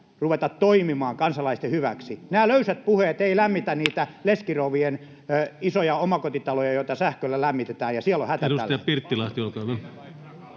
ruveta toimimaan kansalaisten hyväksi. Nämä löysät puheet eivät lämmitä niitä leskirouvien isoja omakotitaloja, joita sähköllä lämmitetään, ja siellä on hätä